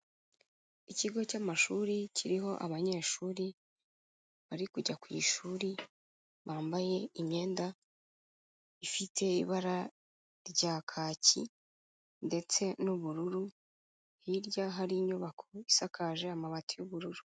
Ikigo cy'amashuri kiriho abanyeshuri bari kujya ku ishuri bambaye imyenda ifite ibara rya kaki ndetse n'ubururu, hirya hari inyubako isakaje amabati y'ubururu.